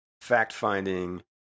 fact-finding